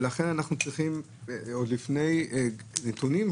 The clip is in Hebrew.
אנחנו צריכים לקבל נתונים,